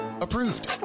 approved